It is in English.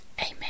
Amen